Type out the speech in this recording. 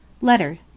letter